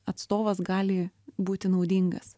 atstovas gali būti naudingas